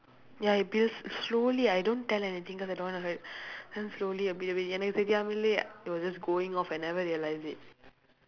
ya it builds slowly I don't tell anything cause I don't want to hurt then slowly it build it build எனக்கு தெரியாமலே:enakku theriyaamalee it was just going off I never realise it